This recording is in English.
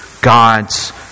God's